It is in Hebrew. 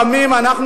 אדוני היושב-ראש,